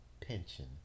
pension